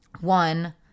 one